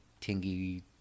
Tingy